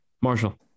Marshall